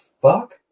fuck